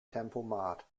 tempomat